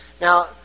Now